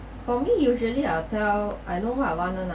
for me usually I will tell I know what I want [one] lah